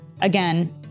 again